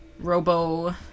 robo